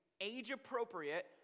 age-appropriate